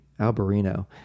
alberino